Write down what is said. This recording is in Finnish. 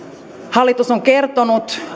hallitus on kertonut